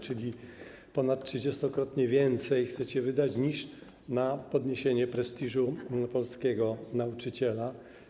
Czyli ponad trzydziestokrotnie więcej chcecie wydać na to niż na podniesienie prestiżu polskiego nauczyciela.